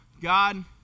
God